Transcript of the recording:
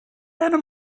eine